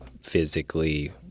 physically